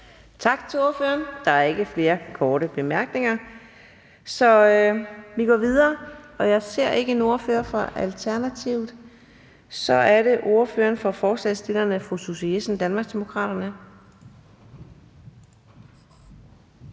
Tak til ordføreren. Der er ikke flere korte bemærkninger, så vi går videre. Jeg ser ikke en ordfører for Alternativet. Så er det ordføreren for forslagsstillerne, fru Susie Jessen, Danmarksdemokraterne.